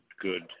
good